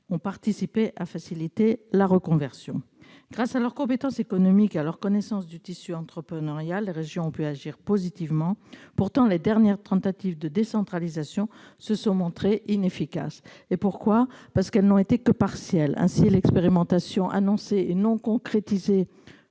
ont concouru à faciliter la reconversion. Grâce à leurs compétences économiques et à leur connaissance du tissu entrepreneurial, les régions ont pu agir positivement. Pourtant, les dernières tentatives de décentralisation se sont montrées inefficaces, parce qu'elles n'ont été que partielles. Ainsi, la non-concrétisation